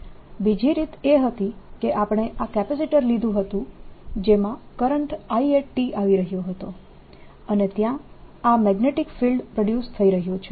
બીજી રીત એ હતી કે આપણે આ કેપેસિટર લીધું હતું જેમાં કરંટ I આવી રહ્યો હતો અને ત્યાં આ મેગ્નેટીક ફિલ્ડ પ્રોડ્યુસ થઈ રહ્યું છે